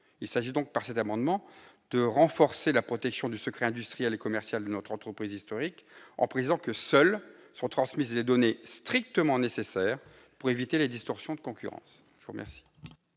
Il s'agit donc, par cet amendement, de renforcer la protection du secret industriel et commercial de notre entreprise historique en précisant que seules sont transmises les données strictement nécessaires pour éviter les distorsions de concurrence. Quel